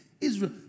Israel